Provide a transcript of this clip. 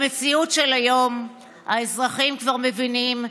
במציאות של היום האזרחים כבר מבינים,